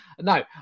no